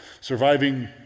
Surviving